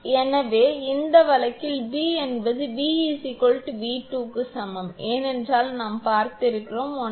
எனவே இந்த வழக்கில் b என்பது 𝑉 𝑉2 க்கு சமம் ஏனென்றால் நாம் பார்த்திருக்கிறோம் 1𝑘